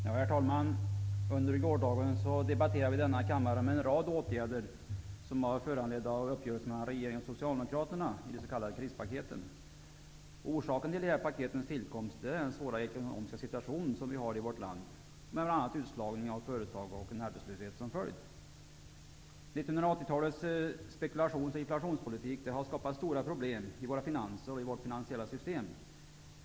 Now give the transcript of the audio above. Herr talman! Under gårdagen debatterade vi i denna kammare om en rad åtgärder som var föranledda av uppgörelsen mellan regeringen och Socialdemokraterna i de s.k. krispaketen. Orsaken till dessa pakets tillkomst är den svåra ekonomiska situation som vårt land befinner sig i med bl.a. utslagning av företag och arbetslöshet som följd. 1980-talets spekulations och inflationspolitik har skapat stora problem i våra finanser och i vårt finansiella system.